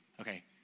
okay